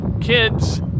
kids